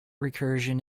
recursion